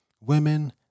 women